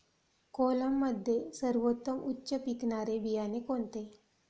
कोलममध्ये सर्वोत्तम उच्च पिकणारे बियाणे कोणते?